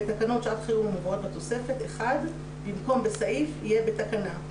בתקנות שעת חרום המובאות בתוספת: 1.במקום בסעיף יהיה בתקנה".